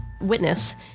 witness